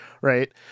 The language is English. right